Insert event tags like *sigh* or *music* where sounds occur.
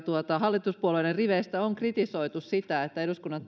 hallituspuolueiden riveistä on kritisoitu sitä että eduskunnan *unintelligible*